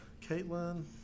Caitlin